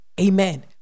Amen